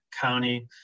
county